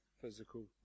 physical